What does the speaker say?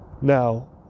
Now